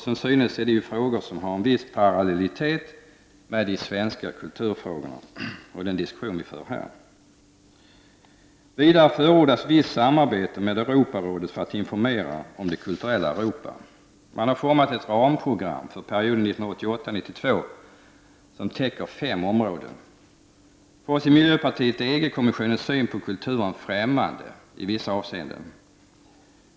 Som synes är det frågor som har en viss parallellitet med de svenska kulturfrågorna och den diskussion vi för här. Vidare förordas visst samarbete med Europarådet för att informera om det kulturella Europa. Man har format ett ramprogram för perioden 1988-1992 som täcker fem områden. För oss i miljöpartiet är EG-kommissionens syn på kulturen främmande i vissa avseenden.